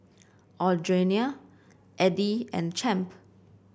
Audriana Eddy and Champ